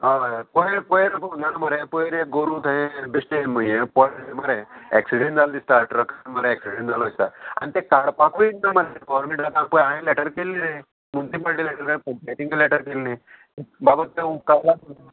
हय पयर पयर मरे पयर एक गोरू थंय बेश्टे हें पळय मरे एक्सिडेंट जालो दिसता ट्रकान मरे एक्सिडेंट जालो दिसता आनी तें काडपाकूय ना मरे गोवोरमेंटाक पळय हांवें लेटर केल्लें मुनसिपाल्टी लेटर पयटींग लॅटर केल्ली बाबा तें उपकारला